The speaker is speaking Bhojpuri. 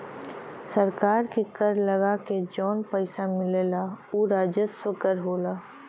सरकार के कर लगा के जौन पइसा मिलला उ राजस्व कर होला